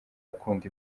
akunda